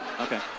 Okay